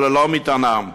ללא מטענם.